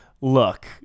look